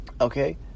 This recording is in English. Okay